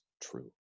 true